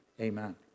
Amen